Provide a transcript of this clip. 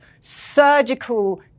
surgical